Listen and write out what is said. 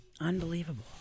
Unbelievable